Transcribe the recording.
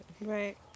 Right